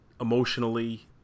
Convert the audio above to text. emotionally